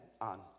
on